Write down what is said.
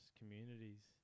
communities